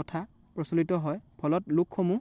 কথা প্ৰচলিত হয় ফলত লোকসমূহ